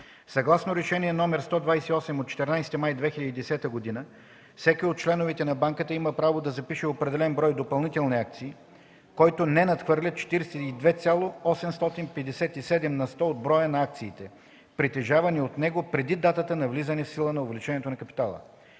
Съгласно Решение № 128 от 14 май 2010 г. всеки от членовете на банката има право да запише определен брой допълнителни акции, който не надхвърля 42,857 на сто от броя на акциите, притежавани от него преди датата на влизане в сила на увеличението на капитала.